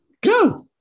Go